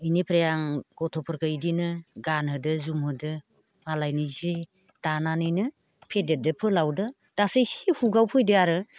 बेनिफ्राय आं गथ'फोरखौ बिदिनो गानहोदों जुमहोदों मालायनि सि दानानैनो फेदेरदों फोलावदों दासो इसे हुखआव फैदों आरो